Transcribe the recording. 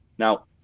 Now